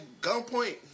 gunpoint